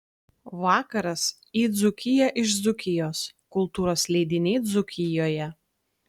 vakaras į dzūkiją iš dzūkijos kultūros leidiniai dzūkijoje